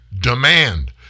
demand